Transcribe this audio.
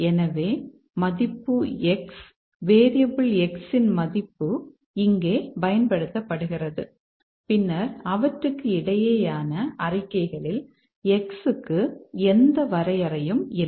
எனவே மதிப்பு X variable X இன் மதிப்பு இங்கே பயன்படுத்தப்படுகிறது பின்னர் அவற்றுக்கு இடையேயான அறிக்கைகளில் X க்கு எந்த வரையறையும் இல்லை